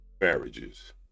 marriages